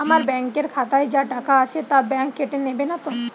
আমার ব্যাঙ্ক এর খাতায় যা টাকা আছে তা বাংক কেটে নেবে নাতো?